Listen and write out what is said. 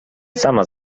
sama